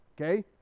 okay